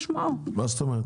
מה זאת אומרת?